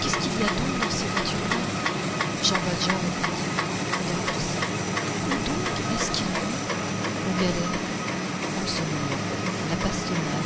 qu'est-ce qu'il y a donc dans ces voitures là jean valjean répondit des forçats où donc est-ce qu'ils vont aux galères en ce moment la bastonnade